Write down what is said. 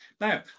Now